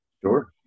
Sure